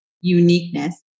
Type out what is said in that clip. uniqueness